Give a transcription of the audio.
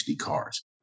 cars